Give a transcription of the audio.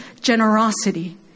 generosity